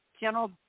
General